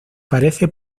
parece